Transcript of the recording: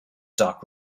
dark